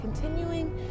continuing